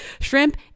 shrimp